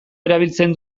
erabiltzen